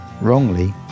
wrongly